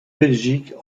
belgique